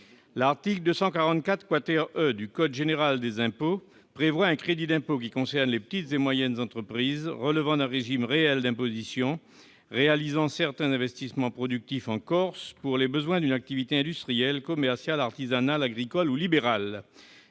L'article 244 E du code général des impôts prévoit un crédit d'impôt qui concerne les petites et moyennes entreprises relevant d'un régime réel d'imposition et réalisant certains investissements productifs en Corse, pour les besoins d'une activité industrielle, commerciale, artisanale, agricole ou libérale.